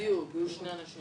בדיוק, היו שני אנשים.